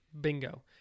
Bingo